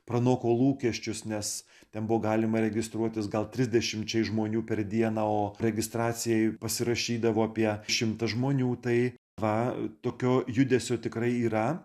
pranoko lūkesčius nes ten buvo galima registruotis gal trisdešimčiai žmonių per dieną o registracijai pasirašydavo apie šimtas žmonių tai va tokio judesio tikrai yra